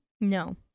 No